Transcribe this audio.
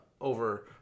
over